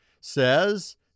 says